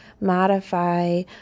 modify